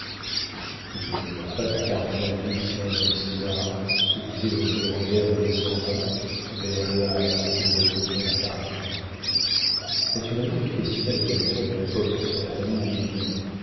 je ne vois pas de cardinal vilquin dans l'histoire se disait le référendaire en descendant vers le havre pour retourner à paris naturellement il questionna le directeur de la poste sur la famille